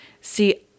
see